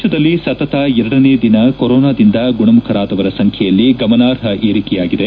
ದೇಶದಲ್ಲಿ ಸತತ ಎರಡನೇ ದಿನ ಕೊರೊನಾದಿಂದ ಗುಣಮುಖರಾದವರ ಸಂಬೈಯಲ್ಲಿ ಗಮನಾರ್ಹ ಏರಿಕೆಯಾಗಿದೆ